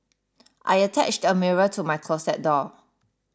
I attached a mirror to my closet door